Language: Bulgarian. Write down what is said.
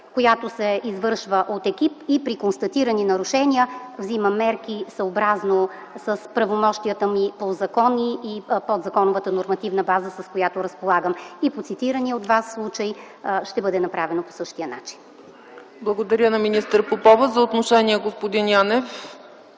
която се извършва от екип, и при констатирани нарушения взимам мерки съобразно правомощията ми по закон и подзаконовата нормативна база, с която разполагам. По цитирания от Вас случай ще бъде направено по същия начин. ПРЕДСЕДАТЕЛ ЦЕЦКА ЦАЧЕВА: Благодаря на министър Попова. За отношение – господин Янев.